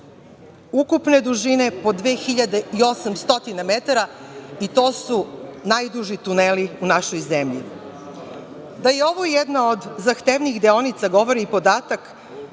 ukupne dužine od 2.800 metara i to su najduži tuneli u našoj zemlji. Da je ovo jedna od zahtevnijih deonica govori i podatak